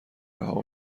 رها